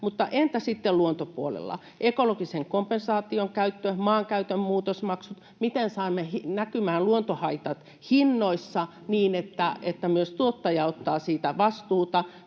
mutta entä sitten luontopuolella? Ekologisen kompensaation käyttö, maankäytön muutosmaksut, miten saamme näkymään luontohaitat hinnoissa, niin että myös tuottaja ottaa siitä vastuuta,